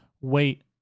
Wait